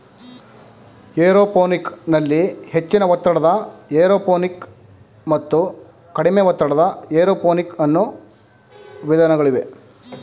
aeroponic ನಲ್ಲಿ ಹೆಚ್ಚಿನ ಒತ್ತಡದ ಏರೋಪೋನಿಕ್ ಮತ್ತು ಕಡಿಮೆ ಒತ್ತಡದ ಏರೋಪೋನಿಕ್ ಅನ್ನೂ ವಿಧಾನಗಳಿವೆ